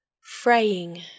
Fraying